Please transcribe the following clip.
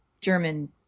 german